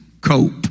cope